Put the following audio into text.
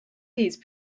these